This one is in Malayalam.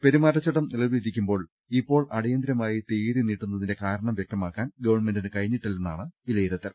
പെരുമാറ്റ ച്ചട്ടം നിലവിലിരിക്കുമ്പോൾ ഇപ്പോൾ അടിയന്തിരമായി തീയതി നീട്ടുന്നതിന്റെ കാരണം വ്യക്തമാക്കാൻ ഗവൺമെന്റിന് കഴി ഞ്ഞിട്ടില്ലെന്നാണ് വിലയിരുത്തൽ